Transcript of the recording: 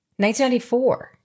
1994